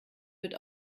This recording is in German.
wird